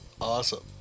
awesome